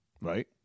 right